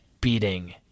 beating